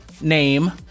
name